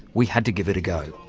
we had to give it a go.